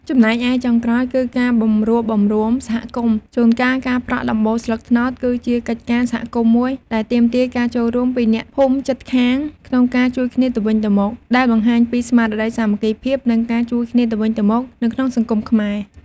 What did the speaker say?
ចំណែកឯ ចុងក្រោយគឺ ការបង្រួបបង្រួមសហគមន៍: ជួនកាល ការប្រក់ដំបូលស្លឹកត្នោត គឺជាកិច្ចការសហគមន៍មួយដែលទាមទារការចូលរួមពីអ្នកភូមិជិតខាងក្នុងការជួយគ្នាទៅវិញទៅមក ដែលបង្ហាញពីស្មារតីសាមគ្គីភាព និងការជួយគ្នាទៅវិញទៅមកនៅក្នុងសង្គមខ្មែរ។